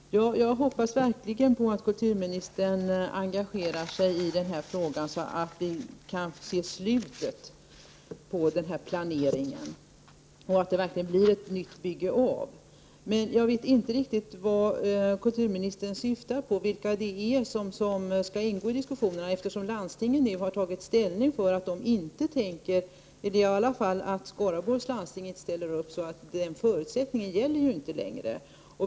Herr talman! Jag hoppas verkligen att kulturministern engagerar sig i den här frågan, så att vi kan se ett slut på den här planeringen och att ett nytt bygge verkligen blir av. Jag vet inte riktigt vad kulturministern syftar på när han talar om diskussioner, och jag vet inte vilka som skall delta, eftersom landstingen nu har tagit ställning för att inte delta. I varje fall ställer Skaraborgs läns landsting inte upp, och någon möjlighet till stöd därifrån finns inte längre.